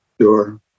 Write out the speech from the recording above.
sure